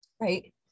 right